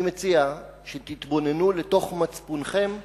אני מציע שתתבוננו לתוך מצפונכם,